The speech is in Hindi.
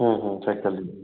चेक कर लीजिए